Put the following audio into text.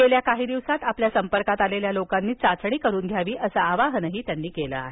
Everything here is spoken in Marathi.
गेल्या काही दिवसात आपल्या संपर्कात आलेल्या लोकांनी चाचणी करून घ्यावी असं आवाहन त्यांनी केलं आहे